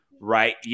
right